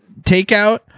takeout